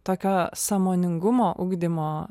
tokio sąmoningumo ugdymo